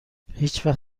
هیچوقت